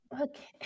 Okay